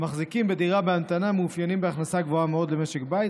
המחזיקים בדירה בהמתנה מאופיינים בהכנסה גבוהה מאוד למשק בית,